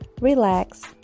relax